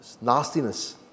nastiness